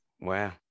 Wow